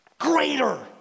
greater